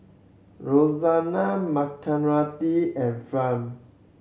Rozella Margaretta and